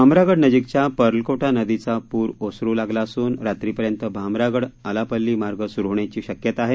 भामरागडनजीकच्या पर्लकोटा नदीचा पूर ओसरू लागला असून रात्रीपर्यंत भामरागड आलापल्ली मार्ग सुरू होण्याची शक्यता आहे